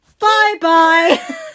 Bye-bye